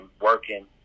working